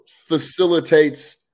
facilitates